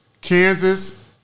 Kansas